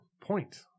point